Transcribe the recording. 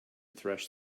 thresh